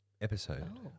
episode